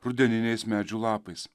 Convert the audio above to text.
rudeniniais medžių lapais